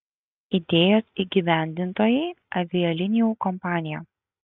idėjos įgyvendintojai avialinijų kompanija